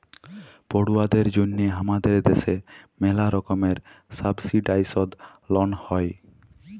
পড়ুয়াদের জন্যহে হামাদের দ্যাশে ম্যালা রকমের সাবসিডাইসদ লন হ্যয়